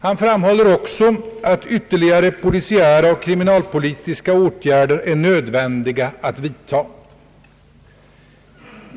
Han framhåller också att ytterligare polisiära och kriminalpolitiska åtgärder är nödvändiga att vidta.